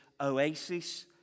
oasis